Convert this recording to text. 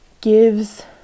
gives